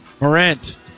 morant